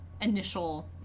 initial